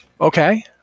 Okay